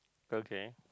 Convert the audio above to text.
okay